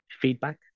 feedback